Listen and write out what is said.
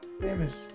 famous